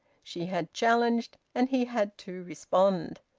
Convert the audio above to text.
she had challenged, and he had to respond.